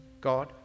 God